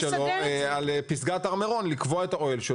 שלו על פסגת הר מירון לקבוע את האוהל שלו.